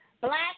black